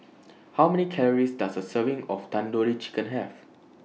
How Many Calories Does A Serving of Tandoori Chicken Have